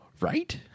right